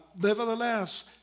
Nevertheless